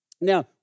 Now